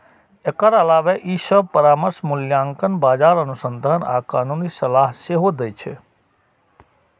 एकर अलावे ई सभ परामर्श, मूल्यांकन, बाजार अनुसंधान आ कानूनी सलाह सेहो दै छै